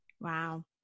Wow